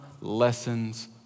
lessons